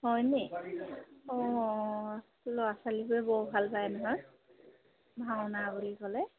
হয় নেকি অঁ ল'ৰা ছোৱালীবোৰে বৰ ভাল পায় নহয় ভাওনা বুলি ক'লে